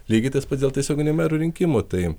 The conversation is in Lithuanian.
lygiai tas pats dėl tiesioginių merų rinkimų tai